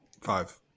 five